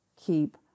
keep